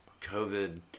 COVID